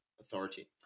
authority